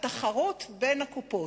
התחרות בין הקופות.